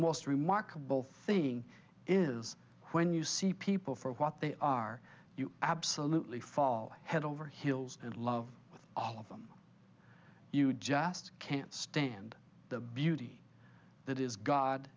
most remarkable thing is when you see people for what they are you absolutely fall head over heels in love with all of them you just can't stand the beauty that is god